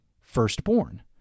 firstborn